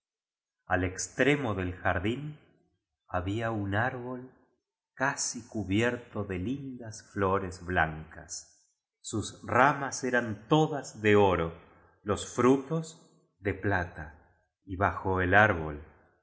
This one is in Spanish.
al extremo del jardín había un árbol casi cubierto de lindas flores blancas sus ramas eran todas de oro los frutos de plata y bajo el árbol